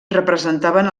representaven